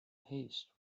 haste